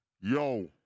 Yo